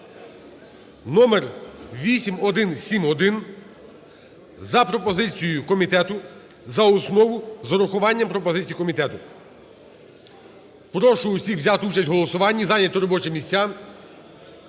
(№ 8171) за пропозицією комітету за основу з урахуванням пропозицій комітету. Прошу усіх взяти участь в голосуванні, зайняти робочі місця.